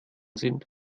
sind